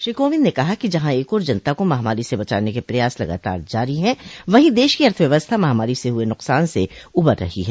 श्री कोविंद ने कहा कि जहां एक ओर जनता को महामारी से बचाने के प्रयास लगातार जारो हैं वहीं देश की अर्थव्यवस्था महामारी से हुए नुकसान से उबर रही है